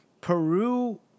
Peru